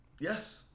Yes